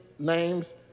names